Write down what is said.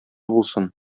булсын